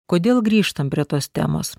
kodėl grįžtam prie tos temos